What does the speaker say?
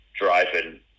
driving